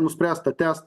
nuspręsta tęst